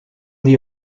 the